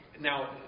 Now